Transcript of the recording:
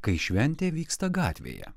kai šventė vyksta gatvėje